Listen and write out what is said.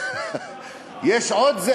יש עוד.